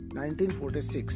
1946